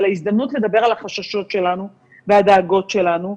על ההזדמנות לדבר על החששות שלנו והדאגות שלנו.